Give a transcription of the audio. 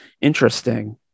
Interesting